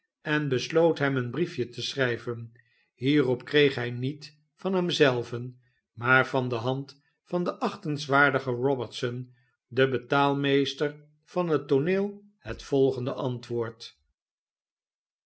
en besloot hem een brief je te schrijven hierop kreeg hi niet van hem zelven maar van de hand van den achtenswaardigen robertson den betaalmeester van het tooneel het volgende antwoord